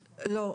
לא.